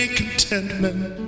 contentment